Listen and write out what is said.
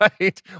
Right